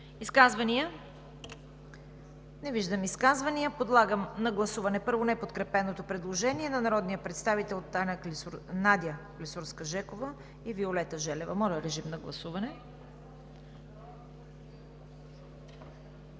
Изказвания? Не виждам изказвания. Подлагам на гласуване неподкрепеното предложение на народните представители Надя Клисурска-Жекова и Виолета Желева. Гласували